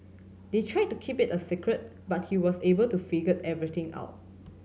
they tried to keep it a secret but he was able to figure everything out